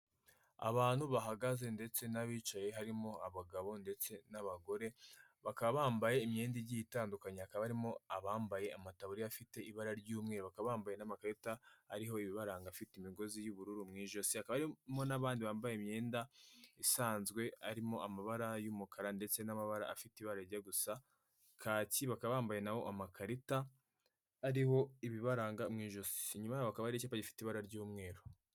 Abantu bahagaze ndetse n'abicaye harimo abagabo ndetse n'abagore bakaba bambaye imyenda igiye itandukanye hakaba harimo abambaye amataburiya afite ibara ry'umweru bakaba bambaye n'amakarita ariho ibibaranga afite imigozi y'ubururu mw’ijosi harimo n'abandi bambaye imyenda isanzwe arimo amabara y'umukara ndetse n'amabara afite ibara rijya gusa kaki bakaba bambaye nabo amakarita ariho ibibaranga mw’ijosi inyuma yabo hakaba hari icyapa gifite ibara ry'umweru.